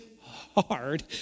hard